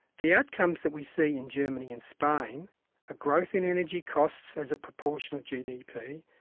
the outcomes that we see in germany and spain a growth in energy costs as a proportion of gdp,